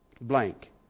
blank